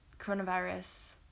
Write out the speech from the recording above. coronavirus